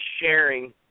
sharing